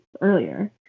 earlier